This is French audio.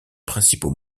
principaux